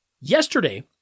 Yesterday